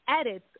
edits